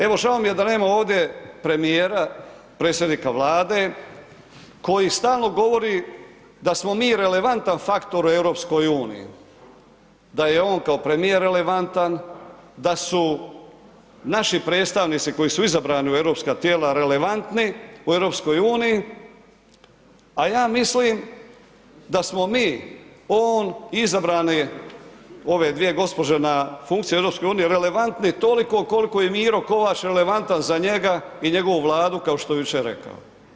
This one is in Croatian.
Evo žao mi je da nema ovdje premijera, predsjednika Vlade koji stalno govori da smo mi relevantan faktor u EU, da je on kao premijer relevantan, da su naši predstavnici koji su izabrani u europska tijela relevantni u EU, a ja mislim da smo mi, on, izabrane ove dvije gospođe na funkciji u EU, relevantni toliko koliko je i Miro Kovač relevantan za njega i njegovu Vladu kao što je jučer rekao.